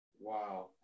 Wow